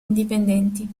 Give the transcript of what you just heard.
indipendenti